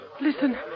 Listen